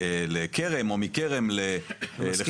ממטע לכרם או מכרם לחממה.